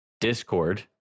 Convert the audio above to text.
Discord